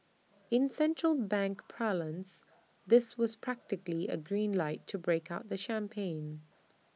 in central bank parlance this was practically A green light to break out the champagne